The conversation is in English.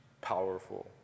powerful